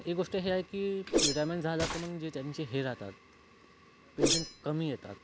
तर एक गोष्ट हे आहे की रिटायरमेंट झाला तर मग त्यांचे हे राहतात पेन्शन कमी येतात